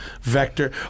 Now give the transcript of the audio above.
Vector